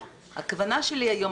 הכוונה שלי היום,